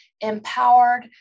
empowered